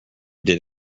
did